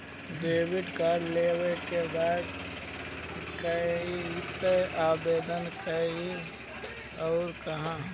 Debit card लेवे के बा कइसे आवेदन करी अउर कहाँ?